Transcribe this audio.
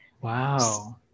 Wow